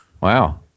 wow